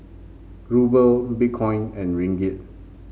Ruble Bitcoin and Ringgit